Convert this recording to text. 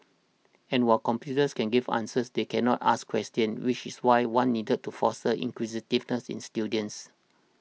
and while computers can give answers they cannot ask questions which is why one needed to foster inquisitiveness in students